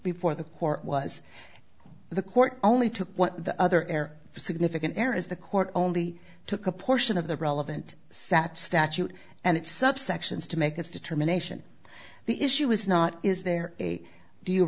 before the court was the court only took the other air significant areas the court only took a portion of the relevant sat statute and it's subsections to make this determination the issue is not is there a d